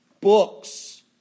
books